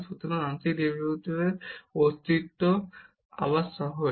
সুতরাং আংশিক ডেরিভেটিভের অস্তিত্ব আবার সহজ